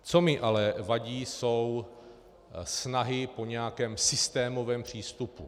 Co mi ale vadí, jsou snahy po nějakém systémovém přístupu.